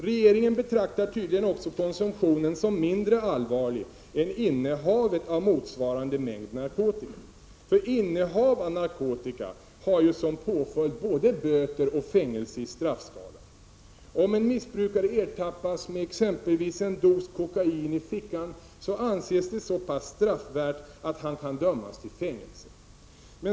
Regeringen betraktar tydligen också konsumtionen som mindre allvarlig än innehavet av motsvarande mängd narkotika — för innehav av narkotika har ju som påföljd både böter och fängelse i straffskalan. Om en missbrukare ertappas med exempelvis en dos kokain i fickan, så anses det så pass straffvärt att han kan dömas till fängelse.